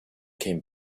came